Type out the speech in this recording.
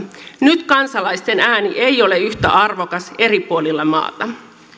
nyt kansalaisten ääni ei ole yhtä arvokas eri puolilla maata